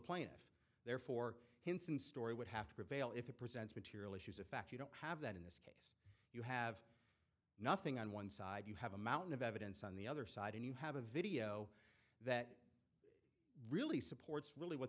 plaintiff therefore hinson story would have to prevail if it presents material issues of fact you don't have that in this case you have nothing on one side you have a mountain of evidence on the other side and you have a video that really supports really what